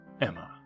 Emma